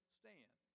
stand